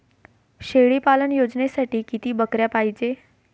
शेळी पालन योजनेसाठी किती बकऱ्या पायजे?